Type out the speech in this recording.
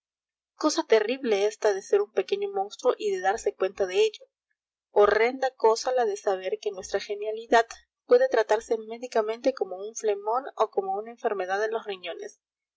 cosa terrible esta de ser un pequeño monstruo y de darse cuenta de ello horrenda cosa la de saber que nuestra genialidad puede tratarse médicamente como un flemón o como una enfermedad de los riñones